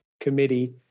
committee